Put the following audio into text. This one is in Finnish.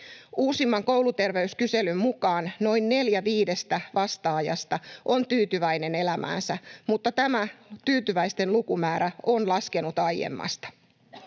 Uusimman kouluterveyskyselyn mukaan noin neljä viidestä vastaajasta on tyytyväinen elämäänsä, mutta tämä tyytyväisten lukumäärä on laskenut aiemmasta.